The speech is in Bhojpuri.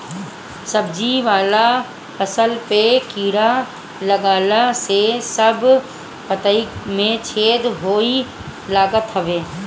सब्जी वाला फसल पे कीड़ा लागला से सब पतइ में छेद होए लागत हवे